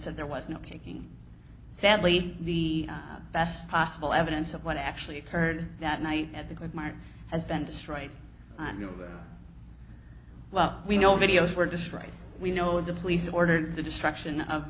said there was no caking sadly the best possible evidence of what actually occurred that night at the mart has been destroyed well we know videos were destroyed we know the police ordered the destruction of